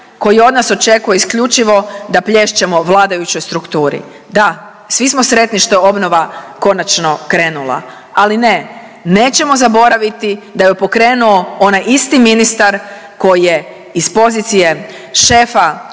koji od nas očekuje isključivo da plješćemo vladajućoj strukturi. Da, svi smo sretni što je obnova konačno krenula, ali ne nećemo zaboraviti da ju je pokrenuo onaj isti ministar koji je iz pozicije šefa